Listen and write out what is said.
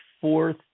fourth